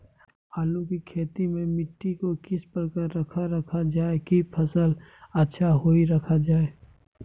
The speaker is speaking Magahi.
आलू की खेती में मिट्टी को किस प्रकार रखा रखा जाए की फसल अच्छी होई रखा जाए?